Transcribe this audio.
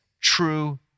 true